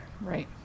Right